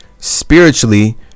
spiritually